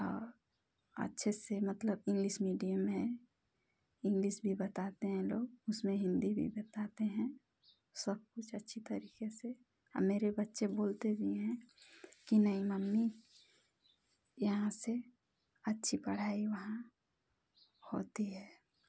और अच्छे से मतलब इंग्लिश मीडियम है इंग्लिश में बताते हैं लोग उसमें हिंदी में बताते हैं सब कुछ अच्छी तरीके से और मेरे बच्चे बोलते भी हैं कि नहीं मम्मी यहाँ से अच्छी पढ़ाई वहाँ होती है